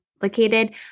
complicated